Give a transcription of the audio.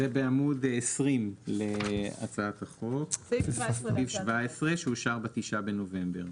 זה בעמוד 20 להצעת החוק בסעיף 17 שאושר ב-9 בנובמבר.